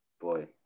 Boy